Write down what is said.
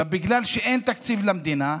בגלל שאין תקציב למדינה,